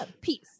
peace